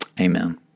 Amen